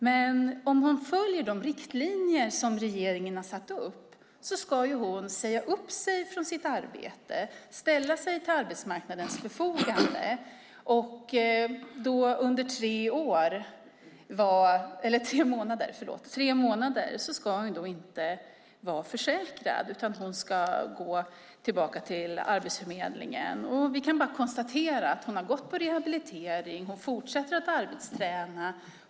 Men om hon följer de riktlinjer som regeringen har satt upp ska hon säga upp sig från sitt arbete, ställa sig till arbetsmarknadens förfogande och under tre månader inte vara försäkrad utan gå tillbaka till Arbetsförmedlingen. Vi kan bara konstatera att hon har gått på rehabilitering och fortsätter att arbetsträna.